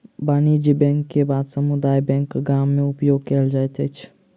वाणिज्यक बैंक के बाद समुदाय बैंक गाम में उपयोग कयल जाइत अछि